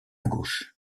gauche